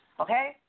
Okay